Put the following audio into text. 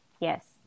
yes